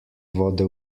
vode